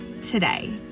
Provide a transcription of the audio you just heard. today